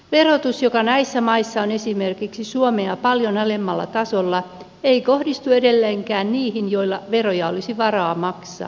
verotus joka näissä maissa on esimerkiksi suomea paljon alemmalla tasolla ei kohdistu edelleenkään niihin joilla veroja olisi vara maksaa